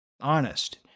honest